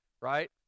right